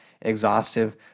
exhaustive